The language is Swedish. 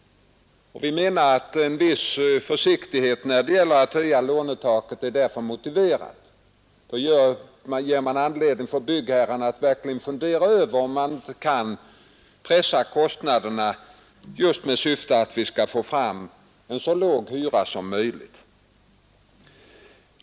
Vi menar att en viss försiktighet när det gäller att höja lånetaket därför är motiverad. Det ger anledning för byggherrarna att verkligen fundera över om man inte kan pressa kostnaderna just med syfte att få fram en så låg hyra som möjligt.